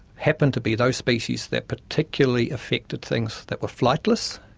happens to be those species that particularly affected things that were flightless,